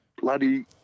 bloody